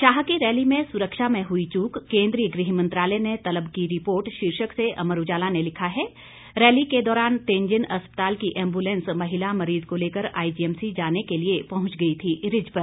शाह की रैली में सुरक्षा में हुई चूक केंद्रीय गृह मंत्रालय ने तलब की रिपोर्ट शीर्षक से अमर उजाला ने लिखा है रैली के दौरान तेंजिन अस्पताल की एंबुलेंस महिला मरीज को लेकर आईजीएमसी जाने के लिए पहुंच गई थी रिज पर